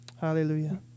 Hallelujah